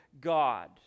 God